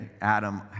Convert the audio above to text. Adam